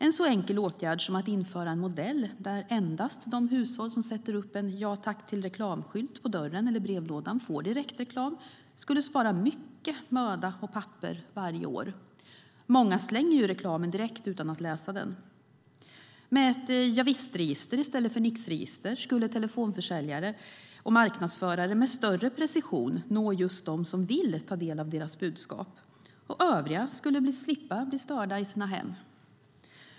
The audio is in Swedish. En så enkel åtgärd som att införa en modell där endast de hushåll som sätter upp en skylt med Ja tack till reklam på dörren eller brevlådan får direktreklam skulle spara mycket möda och papper varje år. Många slänger reklamen direkt utan att läsa den. Med ett Javisstregister i stället för ett Nixregister skulle telefonförsäljare och marknadsförare med större precision nå just dem som vill ta del av deras budskap. Övriga skulle slippa bli störda i sina hem.